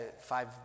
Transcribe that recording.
five